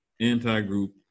anti-group